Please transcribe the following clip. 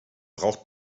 braucht